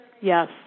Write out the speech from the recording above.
Yes